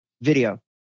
Video